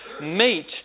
meet